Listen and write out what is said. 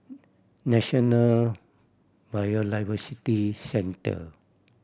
National Biodiversity Centre